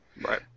Right